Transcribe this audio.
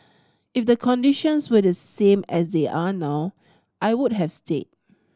if the conditions were the same as they are now I would have stayed